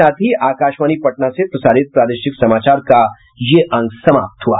इसके साथ ही आकाशवाणी पटना से प्रसारित प्रादेशिक समाचार का ये अंक समाप्त हुआ